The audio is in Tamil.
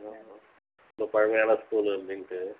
ரொம்ப பழமையான ஸ்கூல்லு அப்படின்ட்டு